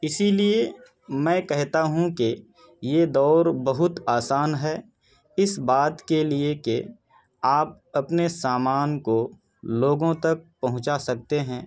اسی لیے میں کہتا ہوں کہ یہ دور بہت آسان ہے اس بات کے لیے کہ آپ اپنے سامان کو لوگوں تک پہنچا سکتے ہیں